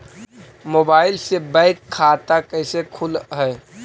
Mobile से bank खाता कैसे खुल है?